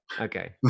okay